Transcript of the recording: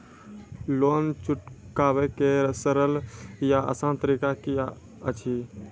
Loan चुकाबै के सरल या आसान तरीका की अछि?